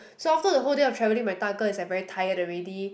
so after the whole day of traveling my 大哥 is like very tired already